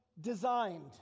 designed